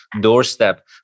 doorstep